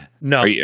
no